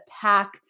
pack